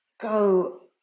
go